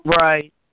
Right